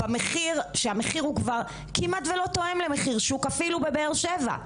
במחיר שהמחיר הוא כבר כמעט ולא תואם למחיר שוק אפילו בבאר שבע.